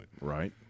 Right